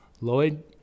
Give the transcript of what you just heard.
Lloyd